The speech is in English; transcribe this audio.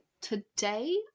today